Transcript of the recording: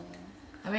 ya